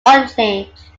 unchanged